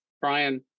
Brian